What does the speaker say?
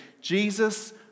Jesus